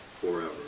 forever